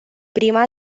prima